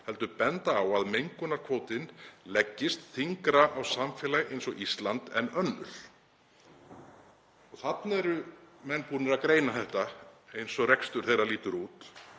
heldur að benda á að mengunarkvótinn leggist þyngra á samfélag eins og Ísland en önnur.“ Þarna eru menn búnir að greina þetta eins og rekstur þeirra lítur út.